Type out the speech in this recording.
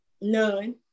None